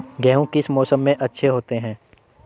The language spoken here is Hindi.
गेहूँ किस मौसम में अच्छे होते हैं?